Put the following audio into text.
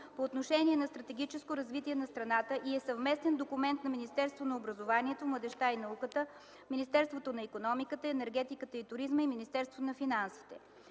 по отношение на стратегическото развитие на страната и е съвместен документ на Министерството на образованието, младежта и науката, Министерството на икономиката, енергетиката и туризма и Министерството на финансите.